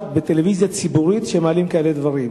בטלוויזיה ציבורית להעלות דברים כאלה.